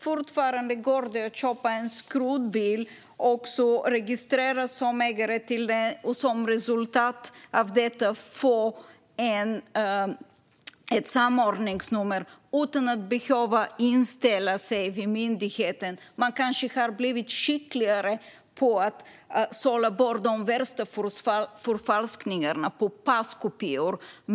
Fortfarande går det att köpa en skrotbil och registreras som ägare till den och som resultat av detta få ett samordningsnummer utan att behöva inställa sig vid myndigheten. Man kanske har blivit skickligare på att sålla bort de värsta förfalskningarna av pass.